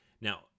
Now